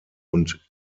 und